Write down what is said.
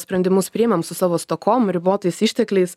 sprendimus priimam su savo stokom ribotais ištekliais